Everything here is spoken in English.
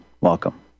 welcome